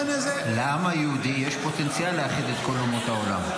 לעם היהודי יש פוטנציאל להחזיר את כל אומות העולם,